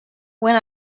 when